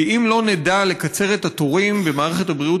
כי אם לא נדע לקצר את התורים במערכת הבריאות